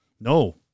No